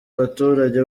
baturage